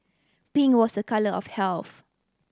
pink was a colour of health